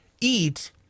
eat